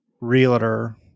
realtor